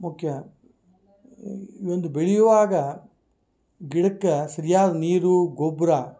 ಮುಖ್ಯ ಒಂದು ಬೆಳಿಯುವಾಗ ಗಿಡಕ್ಕ ಸರ್ಯಾದ ನೀರು ಗೊಬ್ಬರ